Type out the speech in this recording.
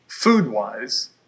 food-wise